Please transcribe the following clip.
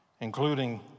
including